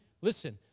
Listen